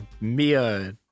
Mia